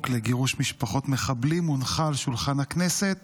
לגירוש משפחות מחבלים הונחה על שולחן הכנסת